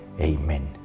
Amen